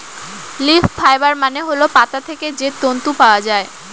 leaf fibre মানে হল পাতা থেকে যে তন্তু পাওয়া যায়